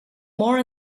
more